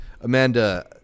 Amanda